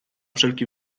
wszelki